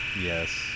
Yes